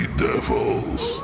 devils